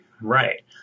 right